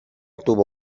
tuvo